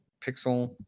Pixel